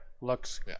looks